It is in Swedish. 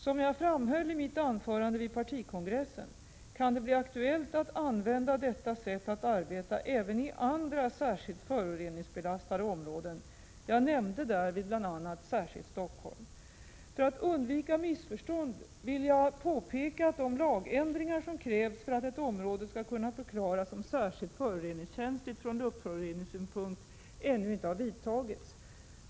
Som jag framhöll i mitt anförande vid partikongressen kan det bli aktuellt att använda detta sätt att arbeta även i andra särskilt föroreningsbelastade områden. Jag nämnde därvid bl.a. Stockholm. För att undvika missförstånd vill jag påpeka att de lagändringar som krävs för att ett område skall kunna förklaras som särskilt föroreningskänsligt från luftföroreningssynpunkt ännu inte har vidtagits.